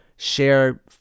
share